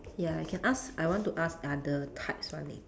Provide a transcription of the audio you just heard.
ya I can ask I want to ask other types one leh